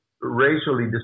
racially